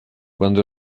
cuando